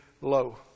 low